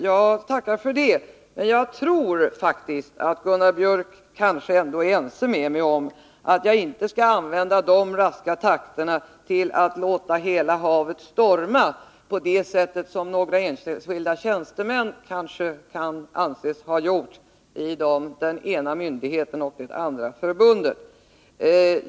Jag tackar för det, men jag tror faktiskt att Gunnar Biörck kanske ändå är ense med mig om att jag inte bör använda de raska takterna till att låta hela havet storma på det sätt som några enskilda tjänstemän kanske kan anses ha gjort i den ena myndigheten och det andra förbundet.